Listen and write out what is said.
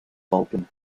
balkan